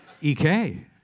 EK